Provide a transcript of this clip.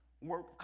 work